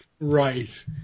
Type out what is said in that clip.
Right